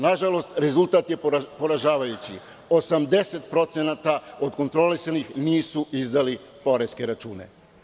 Na žalost rezultat je poražavajući, 80% od kontrolisanih nisu izdali poreske račune.